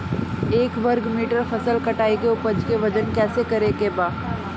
एक वर्ग मीटर फसल कटाई के उपज के वजन कैसे करे के बा?